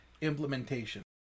implementation